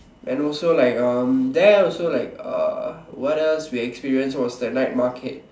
and also like a there also like a what else we experience was that the night market